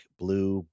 blue